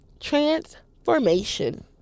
transformation